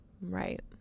Right